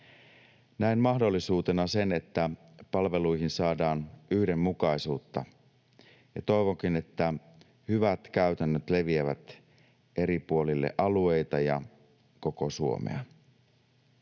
Näen mahdollisuutena sen, että palveluihin saadaan yhdenmukaisuutta, ja toivonkin, että hyvät käytännöt leviävät eri puolille alueita ja koko Suomea.